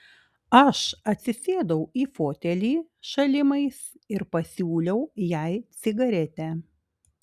aš atsisėdau į fotelį šalimais ir pasiūliau jai cigaretę